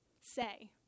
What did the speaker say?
say